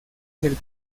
del